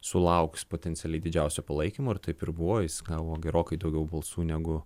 sulauks potencialiai didžiausio palaikymo ir taip ir buvo jis gavo gerokai daugiau balsų negu